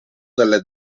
delle